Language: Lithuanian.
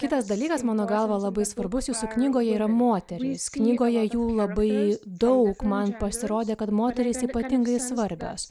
kitas dalykas mano galva labai svarbus jūsų knygoje yra moterys knygoje jų labai daug man pasirodė kad moterys ypatingai svarbios